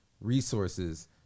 resources